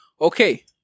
okay